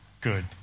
Good